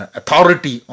authority